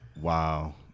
Wow